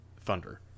Thunder